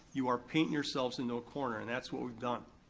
you are painting yourselves into a corner, and that's what we've done.